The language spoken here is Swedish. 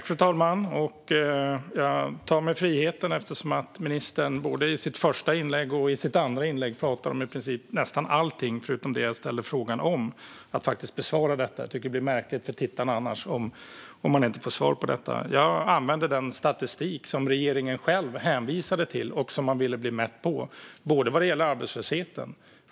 Fru talman! Ministern pratade i både sitt första och sitt andra inlägg om nästan allting förutom det som jag frågade om. Jag tycker att han faktiskt ska besvara mina frågor, annars blir det märkligt för tittarna. Jag använde den statistik som regeringen själv hänvisade till och som man ville bli mätt i vad gäller arbetslösheten.